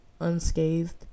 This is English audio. unscathed